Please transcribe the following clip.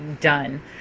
done